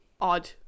odd